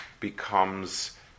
becomes